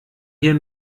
hier